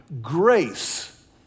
grace